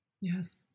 Yes